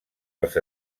als